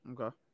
Okay